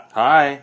hi